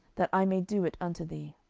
that i may do it unto thee.